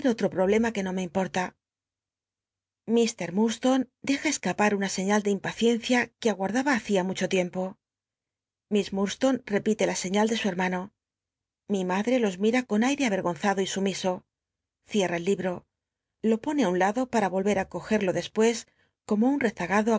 otro problema que no me importa i'llr i'lltll'tlslonc leja escapar una señal de impaciencia qu e aguardaba hacia mucho tiempo lliss murdslone i'cililc la seiíal de su hemano mi madre los mira con aire avergonzado y sumiso cierra el iilll'o lo pone i un lado para o i'cr ú cogel'lo dcspucs como un rezagado